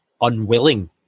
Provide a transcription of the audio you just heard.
unwilling